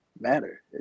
matter